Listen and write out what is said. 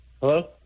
Hello